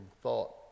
thought